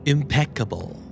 Impeccable